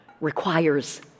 requires